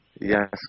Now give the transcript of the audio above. Yes